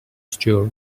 store